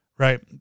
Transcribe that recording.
Right